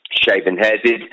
shaven-headed